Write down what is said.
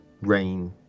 rain